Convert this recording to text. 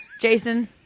Jason